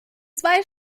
zwei